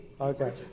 Okay